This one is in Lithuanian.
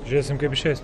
žiūrėsim kaip išeis